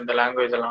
language